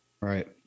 Right